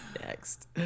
Next